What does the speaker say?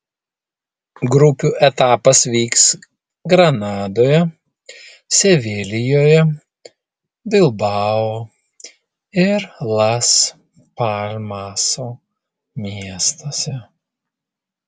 grupių etapas vyks granadoje sevilijoje bilbao ir las palmaso miestuose